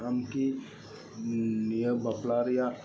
ᱟᱢ ᱠᱤ ᱱᱤᱭᱟᱹ ᱵᱟᱯᱞᱟ ᱨᱮᱭᱟᱜ